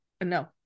no